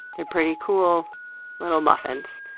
they're pretty cool little muffins.